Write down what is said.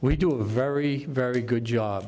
we do a very very good job